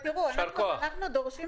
תפנו למשרד התקשורת, תנסו לקדם את זה.